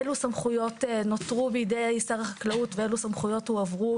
אלו סמכויות נותרו בידי שר החקלאות ואילו סמכויות הועברו